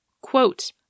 Quote